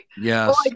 yes